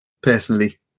personally